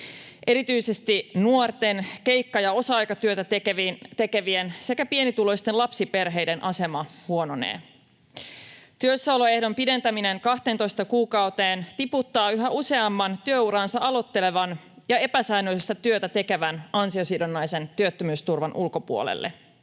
Erityisesti nuorten keikka- ja osa-aikatyötä tekevien sekä pienituloisten lapsiperheiden asema huononee. Työssäoloehdon pidentäminen 12 kuukauteen tiputtaa yhä useamman työuraansa aloittelevan ja epäsäännöllistä työtä tekevän ansiosidonnaisen työttömyysturvan ulkopuolelle.